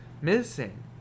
missing